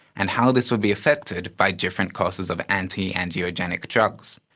and how this would be affected by different courses of anti-angiogenic drugs.